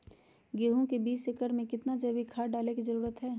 गेंहू में बीस एकर में कितना जैविक खाद डाले के जरूरत है?